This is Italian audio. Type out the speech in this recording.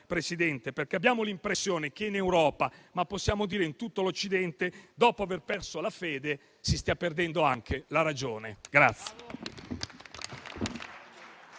durissima, perché abbiamo l'impressione che in Europa - ma possiamo dire in tutto l'Occidente - dopo aver perso la fede, si stia perdendo anche la ragione.